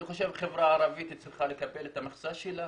אני חושב שהחברה הערבית צריכה לקבל את המכסה שלה